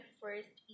first